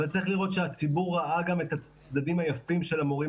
אבל צריך לראות שהציבור ראה גם את הצדדים היפים של המורים